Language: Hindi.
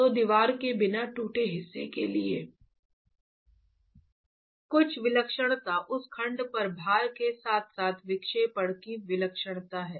तो दीवार के बिना टूटे हिस्से के लिए कुल विलक्षणता उस खंड पर भार के साथ साथ विक्षेपण की विलक्षणता है